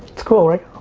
it's cool right?